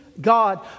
God